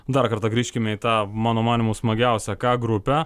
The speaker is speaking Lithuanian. dar kartą grįžkime į tą mano manymu smagiausią ką grupę